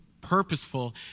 purposeful